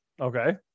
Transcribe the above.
Okay